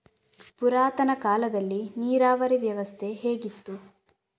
ಪುರಾತನ ಕಾಲದಲ್ಲಿ ನೀರಾವರಿ ವ್ಯವಸ್ಥೆ ಹೇಗಿತ್ತು?